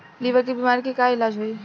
Liver के बीमारी के का इलाज होई?